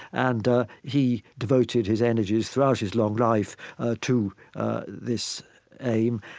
and he devoted his energies throughout his long life to this aim.